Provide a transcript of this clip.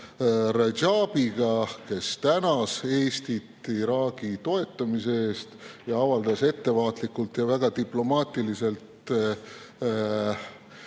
Rajabiga, kes tänas Eestit Iraagi toetamise eest ja avaldas ettevaatlikult ja väga diplomaatiliselt